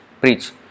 preach